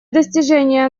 достижения